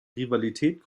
rivalität